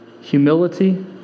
Humility